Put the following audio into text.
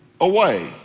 away